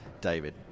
David